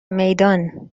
میدان